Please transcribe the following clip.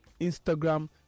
Instagram